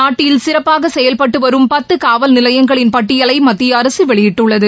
நாட்டில் சிறப்பாக செயல்பட்டு வரும் பத்து காவல் நிலையங்களின் பட்டியலை மத்திய அரசு வெளியிட்டுள்ளது